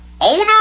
owner